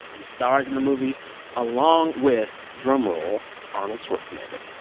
he stars in the movie along with drumroll arnold schwarzenegger.